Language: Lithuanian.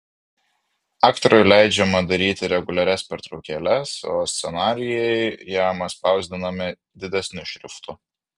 aktoriui leidžiama daryti reguliarias pertraukėles o scenarijai jam atspausdinami didesniu šriftu